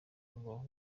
ngo